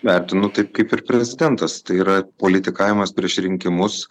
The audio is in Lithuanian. vertinu taip kaip ir prezidentas tai yra politikavimas prieš rinkimus